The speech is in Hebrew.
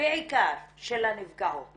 בעיקר של הנפגעות